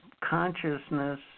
consciousness